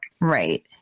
Right